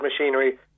machinery